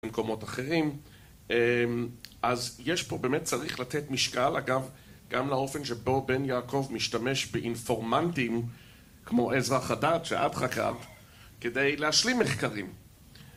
במקומות אחרים, אז יש פה... באמת צריך לתת משקל, אגב, גם לאופן שבו בן יעקב משתמש באינפורמנטים כמו עזרא חדד שאת חקרת כדי להשלים מחקרים.